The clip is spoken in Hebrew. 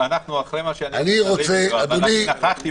אני נכחתי